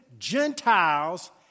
Gentiles